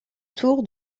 tour